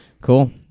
Cool